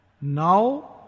now